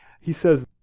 he says